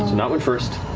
nott went first,